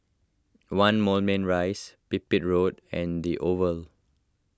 one Moulmein Rise Pipit Road and the Oval